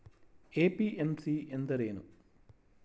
MPMC ಎಂದರೇನು?